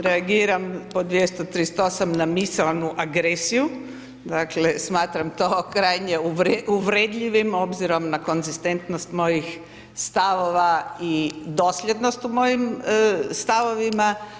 Reagiram po 238., na misaonu agresiju, dakle, smatram to krajnje uvredljivim obzirom na konzistentnost mojih stavova i dosljednost u mojim stavovima.